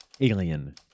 Alien